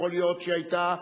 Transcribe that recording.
יכול להיות שהיא היתה,